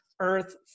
earth